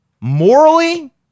morally